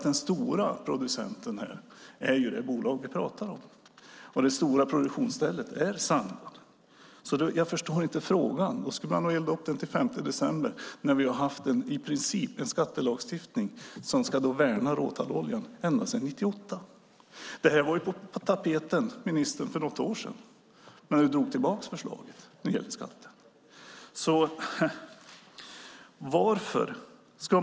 Den stora producenten är ju det bolag som vi pratar om, och det stora produktionsstället är Sandarne. Jag förstår inte frågan. Skulle man elda upp råtalloljan till den 5 december, när vi ända sedan 1998 i princip har haft en skattelagstiftning som ska värna råtalloljan? Detta var på tapeten för något år sedan, när ministern drog tillbaka förslaget när det gällde skatten.